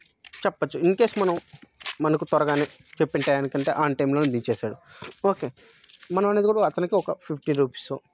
చెప్పవచ్చు ఇన్కేస్ మనం మనకు త్వరగానే చెప్పిన టయానికంతా ఆన్ టైంలో దించేశారు ఓకే మనంమనేది కూడా అతనికి ఒక ఫిఫ్టీ రుపీసో